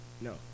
No